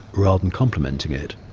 rather than complementing it.